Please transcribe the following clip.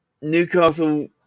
Newcastle